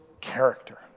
character